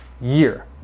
year